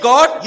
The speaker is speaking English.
God